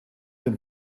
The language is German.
den